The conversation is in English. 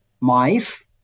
mice